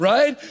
Right